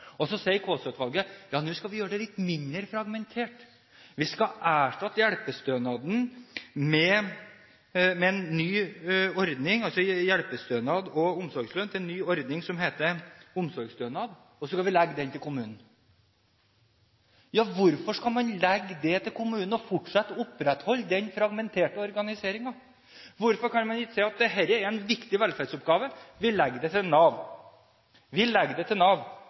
Så sier Kaasa-utvalget at nå skal vi gjøre det litt mindre fragmentert, vi skal erstatte hjelpestønad og omsorgslønn med en ny ordning som skal hete omsorgsstønad, og så skal vi legge den til kommunen. Hvorfor skal man legge den til kommunen og fortsette med å opprettholde den fragmenterte organiseringen? Hvorfor kan man ikke si at dette er en viktig velferdsoppgave, vi legger den til Nav